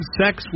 sex